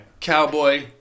Cowboy